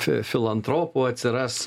fi filantropų atsiras